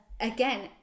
again